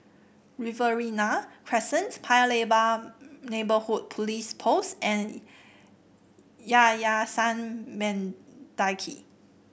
Riverina Crescent Paya Lebar Neighbourhood Police Post and Yayasan Mendaki